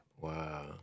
Wow